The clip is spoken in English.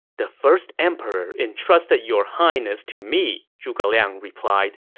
the first emperor entrusted your highness to me, zhuge liang replied,